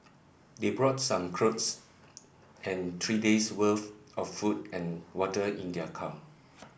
they brought some clothes and three day's worth of food and water in their car